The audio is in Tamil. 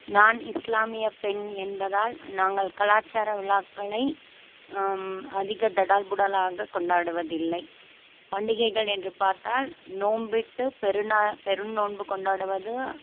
நான் இஸ்லாமிய பெண் என்பதால் நாங்கள் கலாச்சார விழாக்களை அதிக தடால் புடாலாக கொண்டாடுவதில்லை பண்டிகைகள் என்று பார்த்தால் நோம்பிட்டு பெருநா பெருநோன்பு கொண்டாடுவது